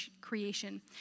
creation